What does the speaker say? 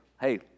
hey